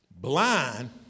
Blind